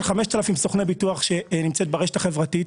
5,000 סוכני ביטוח שנמצאת ברשת החברתית